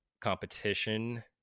competition